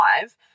five